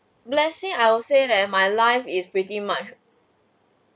blessing I will say that my life is pretty much